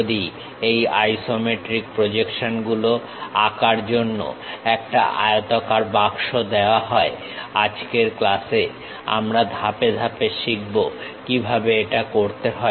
যদি এই isometric projection গুলো আঁকার জন্য একটা আয়তক্ষেত্রাকার বাক্স দেওয়া হয় আজকের ক্লাসে আমরা ধাপে ধাপে শিখব কিভাবে এটা করতে হয়